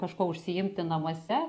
kažkuo užsiimti namuose